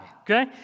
Okay